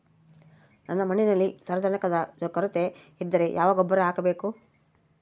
ನನ್ನ ಮಣ್ಣಿನಲ್ಲಿ ಸಾರಜನಕದ ಕೊರತೆ ಇದ್ದರೆ ಯಾವ ಗೊಬ್ಬರ ಹಾಕಬೇಕು?